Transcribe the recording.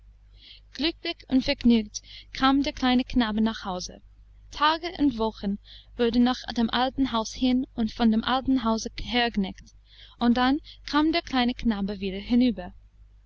glücklich und vergnügt kam der kleine knabe nach hause tage und wochen wurde nach dem alten hause hin und von dem alten hause hergenickt und dann kam der kleine knabe wieder hinüber